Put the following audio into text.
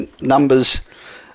numbers